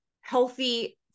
healthy